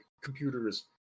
computers